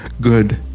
good